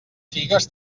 figues